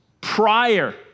Prior